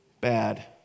bad